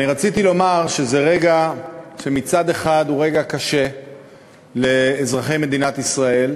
אני רציתי לומר שזה רגע שמצד אחד הוא רגע קשה לאזרחי מדינת ישראל,